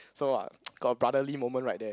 so ah got brotherly moment right there